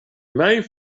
mijn